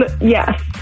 Yes